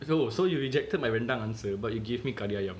so so you rejected my rendang answer but you gave me kari ayam